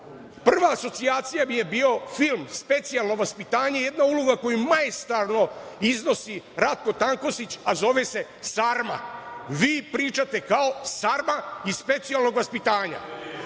prva asocijacija mi je bio film „Specijalno vaspitanje“, jedna uloga koju maestralno iznosi Ratko Tankosić, a zove se Sarma. Vi pričate kao Sarma iz „Specijalnog vaspitanja“.